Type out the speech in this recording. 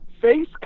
face